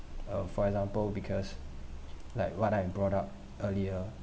uh for example because like what I brought up earlier